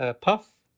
puff